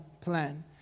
plan